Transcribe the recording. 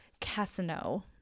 Casino